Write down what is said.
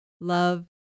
love